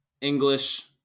English